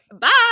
bye